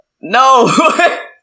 no